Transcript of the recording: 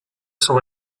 sans